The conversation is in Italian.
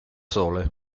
sole